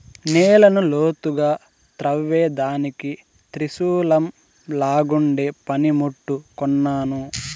నేలను లోతుగా త్రవ్వేదానికి త్రిశూలంలాగుండే పని ముట్టు కొన్నాను